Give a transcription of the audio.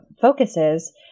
focuses